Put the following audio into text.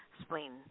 spleen